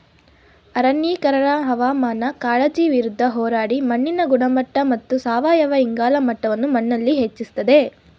ಅರಣ್ಯೀಕರಣ ಹವಾಮಾನ ಕಾಳಜಿ ವಿರುದ್ಧ ಹೋರಾಡಿ ಮಣ್ಣಿನ ಗುಣಮಟ್ಟ ಮತ್ತು ಸಾವಯವ ಇಂಗಾಲ ಮಟ್ಟವನ್ನು ಮಣ್ಣಲ್ಲಿ ಹೆಚ್ಚಿಸ್ತದೆ